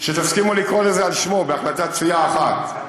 כשתסכימו לקרוא לזה על שמו בהחלטת סיעה אחת.